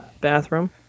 bathroom